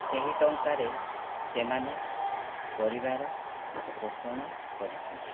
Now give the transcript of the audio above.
ସେହି ଟଙ୍କାରେ ସେମାନେ ପରିବାର ପୋଷଣ କରିଥାନ୍ତି